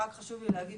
רק חשוב לי להגיד,